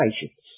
patience